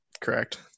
Correct